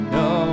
no